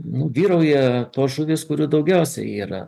nu vyrauja tos žuvys kurių daugiausiai yra